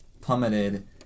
plummeted